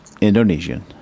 Indonesian